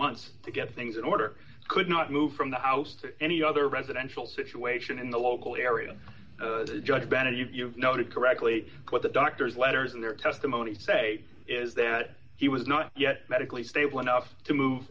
months to get things in order could not move from the house to any other residential situation in the local area judge bennett you've noted correctly what the doctor's letters and their testimony say is that he was not yet medically stable enough to move